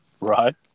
Right